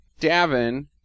Davin